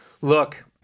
Look